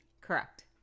Correct